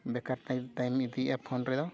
ᱵᱮᱠᱟᱨ ᱴᱟᱭᱤᱢ ᱤᱫᱤᱭᱮᱜᱼᱟ ᱯᱷᱳᱱ ᱨᱮᱫᱚ